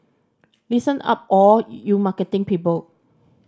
listen up all you marketing people